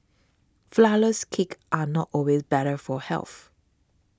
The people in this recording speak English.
Flourless Cakes are not always better for health